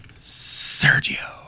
Sergio